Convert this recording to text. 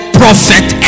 prophet